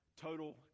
Total